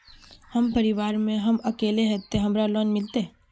हम परिवार में हम अकेले है ते हमरा लोन मिलते?